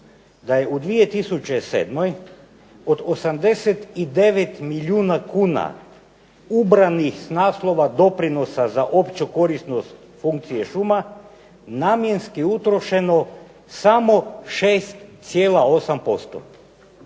da je u 2007. od 89 milijuna kuna ubranih s naslova doprinosa za opću korisnost funkcije šuma namjenski utrošeno samo 6,8%.